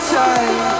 time